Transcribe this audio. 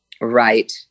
Right